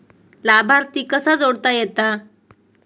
लाभार्थी कसा जोडता येता?